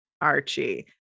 Archie